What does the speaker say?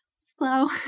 slow